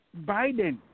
Biden